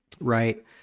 right